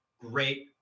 great